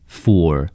four